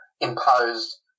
imposed